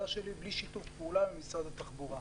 שלי בלי שיתוף פעולה עם משרד התחבורה.